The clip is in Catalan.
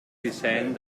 disseny